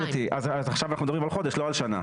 אז עכשיו אנחנו מדברים על חודש, לא על שנה.